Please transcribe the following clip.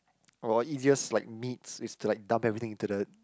or easiest like meats is to like dump everything into the